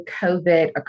COVID